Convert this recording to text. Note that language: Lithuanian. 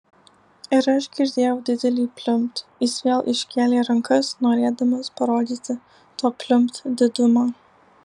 ir aš girdėjau didelį pliumpt jis vėl iškėlė rankas norėdamas parodyti to pliumpt didumą